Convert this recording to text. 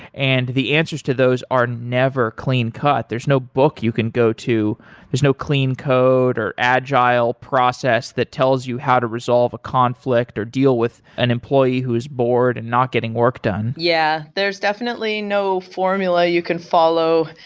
and the answers to those are never clean-cut. there is no book you can go to. there is no clean code, or agile process that tells you how to resolve a conflict or deal with an employee who is bored and not getting work done yeah. there is definitely no formula you can follow.